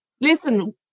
Listen